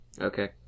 Okay